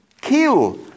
kill